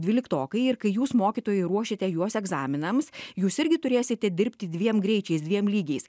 dvyliktokai ir kai jūs mokytojai ruošite juos egzaminams jūs irgi turėsite dirbti dviem greičiais dviem lygiais